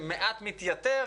שמעט מתייתר,